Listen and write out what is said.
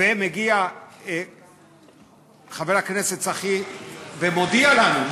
ומגיע חבר הכנסת צחי ומודיע לנו,